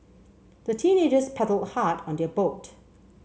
the teenagers paddled hard on their boat